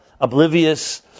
oblivious